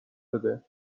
بده